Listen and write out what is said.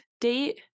date